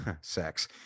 Sex